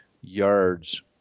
yards